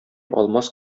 алмаз